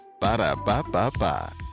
Ba-da-ba-ba-ba